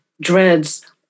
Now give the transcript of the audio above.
dreads